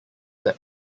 that